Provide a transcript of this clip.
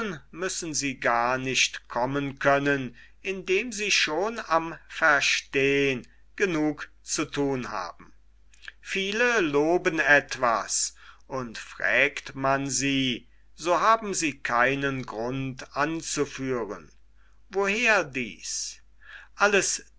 müssen sie gar nicht kommen können indem sie schon am verstehn genug zu thun haben viele loben etwas und fragt man sie so haben sie keinen grund anzuführen woher dies alles